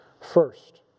first